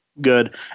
good